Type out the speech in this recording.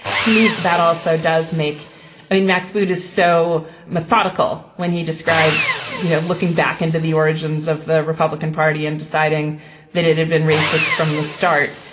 to me that also does make max boot is so methodical when he describes you know looking back into the origins of the republican party and deciding that it had been racist from the start.